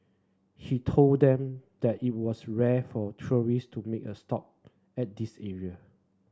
he told them that it was rare for tourist to make a stop at this area